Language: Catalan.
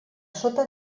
sota